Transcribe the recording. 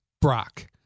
Brock